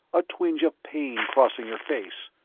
a twinge of pain crossing her face.